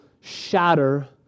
shatter